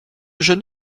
jeune